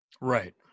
Right